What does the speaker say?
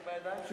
זה בידיים שלך.